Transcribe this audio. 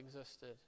existed